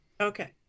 Okay